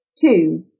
two